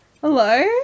Hello